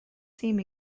tîm